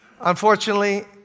Unfortunately